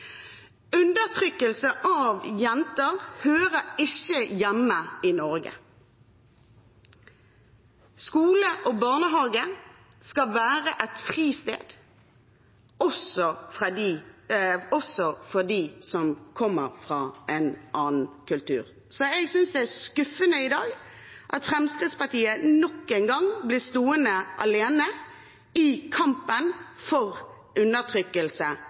Undertrykkelse av jenter hører ikke hjemme i Norge. Skole og barnehage skal være et fristed også for dem som kommer fra en annen kultur. Jeg synes det er skuffende at Fremskrittspartiet i dag nok en gang blir stående alene i kampen mot undertrykkelse